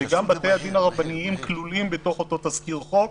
גם בתי הדין הרבניים כלולים בתוך אותו תזכיר חוק,